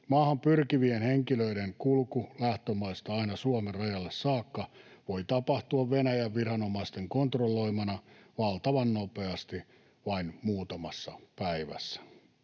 Maahan pyrkivien henkilöiden kulku lähtömaista aina Suomen rajalle saakka voi tapahtua Venäjän viranomaisten kontrolloimana valtavan nopeasti, vain muutamassa päivässä.